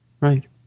right